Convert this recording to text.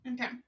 Okay